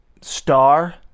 star